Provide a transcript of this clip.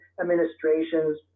administrations